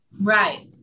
Right